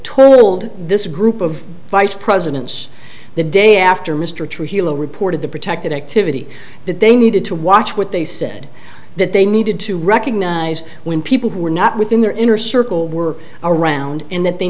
totaled this group of vice presidents the day after mr trujillo reported the protected activity that they needed to watch what they said that they needed to recognize when people who were not within their inner circle were around and that they